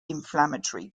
inflammatory